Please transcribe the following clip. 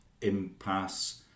impasse